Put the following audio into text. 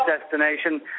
destination